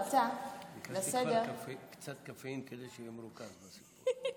ביקשתי קצת קפאין, כדי שאהיה מרוכז בסוף.